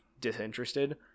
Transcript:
disinterested